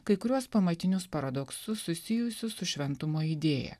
kai kuriuos pamatinius paradoksus susijusius su šventumo idėja